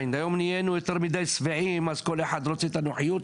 סלים מאושר עד וכל הסופרים.